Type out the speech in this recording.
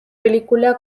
película